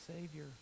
Savior